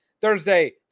Thursday